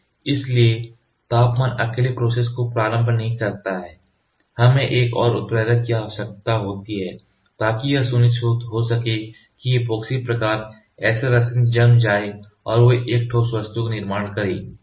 इसलिए तापमान अकेले प्रोसेस को आरंभ नहीं करता है हमें एक और उत्प्रेरक की आवश्यकता होती है ताकि यह सुनिश्चित हो सके कि ऐपोक्सी प्रकार SL रेजिन जम जाए और वे एक ठोस वस्तु का निर्माण करें